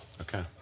Okay